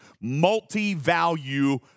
multi-value